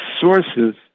sources